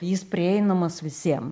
jis prieinamas visiem